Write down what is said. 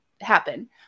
happen